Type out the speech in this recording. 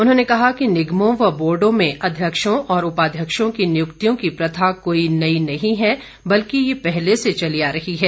उन्होंने कहा कि निगमों व बोर्डों में अध्यक्षों और उपाध्यक्षों की नियुक्तियों की प्रथा कोई नई नहीं है बल्कि यह पहले से चली आ रही है